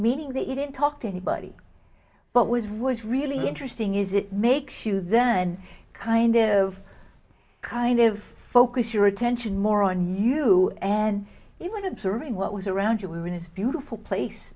meaning that you didn't talk to anybody but was really interesting is it makes you then kind of kind of focus your attention more on you and you want observing what was around you were in this beautiful place